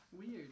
Weird